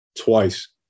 twice